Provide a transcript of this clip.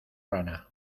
rana